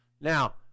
Now